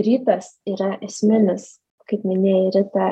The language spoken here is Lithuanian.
rytas yra esminis kaip minėjai rita